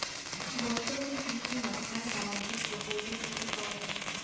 বর্তমানে কি কি নাখান সামাজিক প্রকল্পের সুযোগ পাওয়া যায়?